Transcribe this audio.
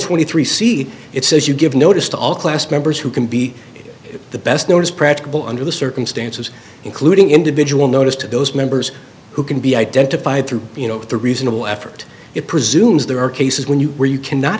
twenty three see it says you give notice to all class members who can be the best known as practicable under the circumstances including individual notice to those members who can be identified through you know the reasonable effort it presumes there are cases when you where you cannot